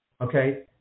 Okay